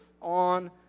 on